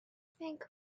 think